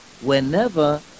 whenever